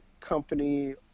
company